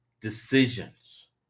decisions